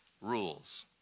rules